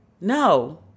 No